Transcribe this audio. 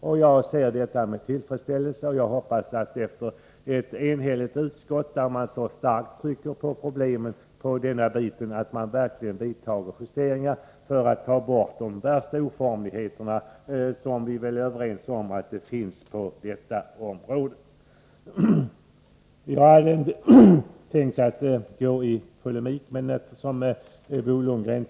Jag finner dessa uttalanden tillfredsställande och hoppas att det efter detta enhälliga uttalande från utskottet, där man så starkt trycker på problemen i detta avseende, verkligen vidtas justeringar för att få bort de värsta oformligheterna, vilka vi väl är överens om finns på detta område. Jag hade inte tänkt gå i polemik mot Bo Lundgren.